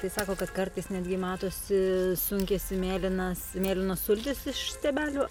tai sako kad kartais netgi matosi sunkiasi mėlynas mėlynos sultys iš stiebelių